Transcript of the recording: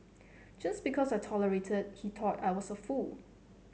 just because I tolerated he thought I was a fool